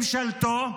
שבממשלתו,